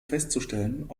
festzustellen